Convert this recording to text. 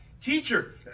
teacher